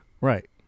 Right